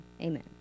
amen